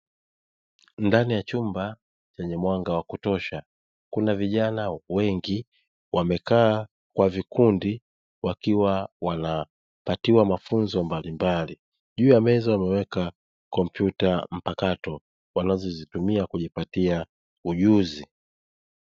Ndani ya chumba chenye mwanga wa kutosha, kuna vijana wengi wamekaa kwa vikundi wakiwa wanapatiwa mafunzo mbalimbali, juu ya meza wameweka kompyuta mpakato wanazozitumia kujipatia ujuzi.